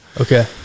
Okay